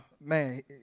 man